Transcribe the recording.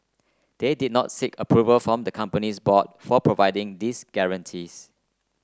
they did not seek approval from the company's board for providing these guarantees